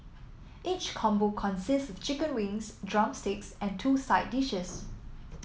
each combo consists of chicken wings drumsticks and two side dishes